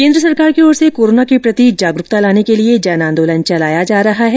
केन्द्र सरकार की ओर से कोरोना के प्रति जागरूकता लाने के लिए जन आंदोलन चलाया जा रहा है